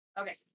Okay